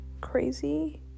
crazy